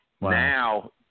Now